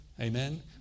Amen